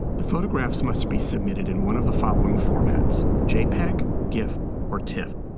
the photographs must be submitted in one of the following formats jpeg, gif, or tiff.